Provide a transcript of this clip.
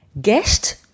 Guest